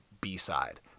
b-side